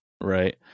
Right